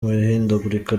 ihindagurika